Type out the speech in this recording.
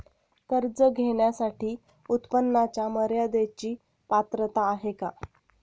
कर्ज घेण्यासाठी उत्पन्नाच्या मर्यदेची पात्रता आहे का?